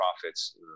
profits